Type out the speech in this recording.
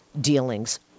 dealings